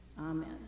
Amen